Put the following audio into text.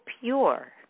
pure